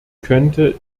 könnte